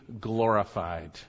glorified